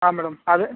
ಹಾಂ ಮೇಡಮ್ ಅದೆ